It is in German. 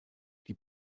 die